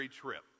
trip